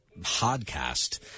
podcast